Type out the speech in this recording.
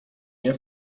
nie